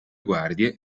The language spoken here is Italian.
guardie